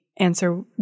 answer